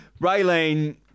Raylene